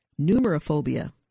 Numerophobia